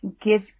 give